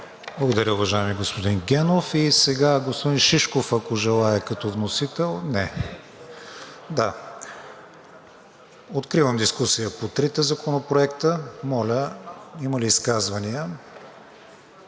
Благодаря, уважаеми господин Генов. И сега господин Шишков, ако желае като вносител? Не. Откривам дискусия по трите законопроекта. Моля, има ли изказвания?